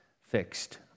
fixed